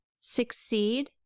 succeed